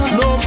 no